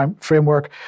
framework